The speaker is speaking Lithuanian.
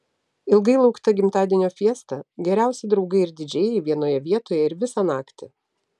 ilgai laukta gimtadienio fiesta geriausi draugai ir didžėjai vienoje vietoje ir visą naktį